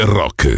rock